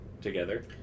together